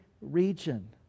region